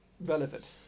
relevant